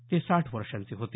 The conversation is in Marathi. ते साठ वर्षांचे होते